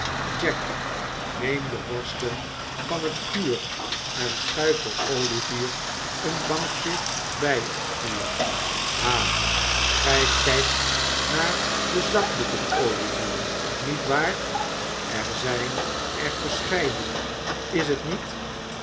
jack neem de worsten van het vuur en schuif voor olivier een bankje bij t vuur ha gij kijkt naar de zakdoeken olivier niet waar er zijn er verscheidene is t niet